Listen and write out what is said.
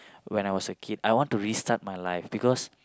when I was a kid I want to restart my life because